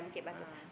ah